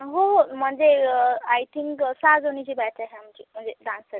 हो हो म्हणजे आय थिंक सहाजणीची बॅच आहे आमची म्हणजे डान्ससाठी